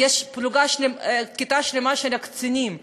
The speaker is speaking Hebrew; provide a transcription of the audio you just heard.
יש כיתה שלמה של קצינים,